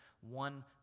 one